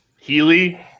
Healy